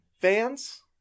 fans